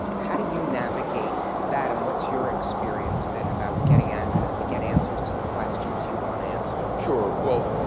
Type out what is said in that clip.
how do you navigate that and what's your experience been about getting access to get answers to the questions you want answered. sure. well,